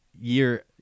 year